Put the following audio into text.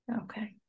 Okay